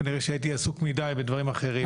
כנראה שהייתי עסוק מדיי בדברים אחרים.